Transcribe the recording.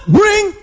bring